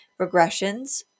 regressions